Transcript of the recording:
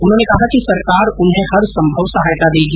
उन्होंने कहा कि सरकार उन्हें हर संभव सहायता देगी